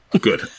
Good